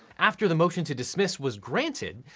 after the motion to dismiss was granted,